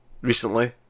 recently